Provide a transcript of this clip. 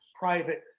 private